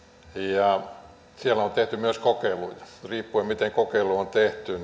ja siellä on on tehty myös kokeiluja riippuen siitä miten kokeilu on tehty